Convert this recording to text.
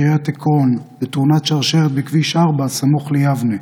מקריית עקרון, בתאונת שרשרת בכביש 4 סמוך ליבנה.